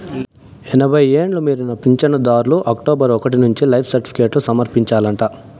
ఎనభై ఎండ్లు మీరిన పించనుదార్లు అక్టోబరు ఒకటి నుంచి లైఫ్ సర్టిఫికేట్లు సమర్పించాలంట